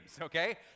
okay